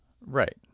right